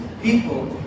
people